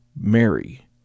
Mary